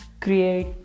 Create